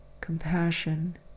compassion